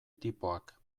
tipoak